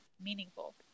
meaningful